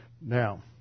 now